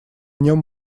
нем